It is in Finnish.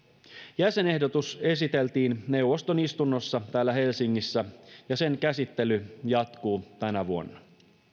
jäsenehdotus esiteltiin neuvoston istunnossa täällä helsingissä ja sen käsittely jatkuu tänä vuonna